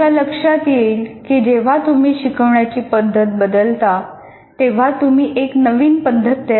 तुमच्या लक्षात येईल की जेव्हा तुम्ही शिकवण्याची पद्धत बदलता तेव्हा तुम्ही एक नवी पद्धत तयार करता